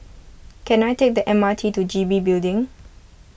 can I take the M R T to G B Building